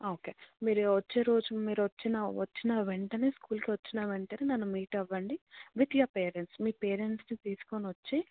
okay మీరు వచ్చే రోజు మీరు వచ్చిన వచ్చిన వెంటనే స్కూల్కి వచ్చిన వెంటనే నన్ను మీట్ అవ్వండి విత్ యువర్ పేరెంట్స్ మీ పేరెంట్స్ను తీసుకుని వచ్చి